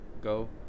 go